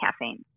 caffeine